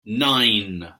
nine